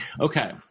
okay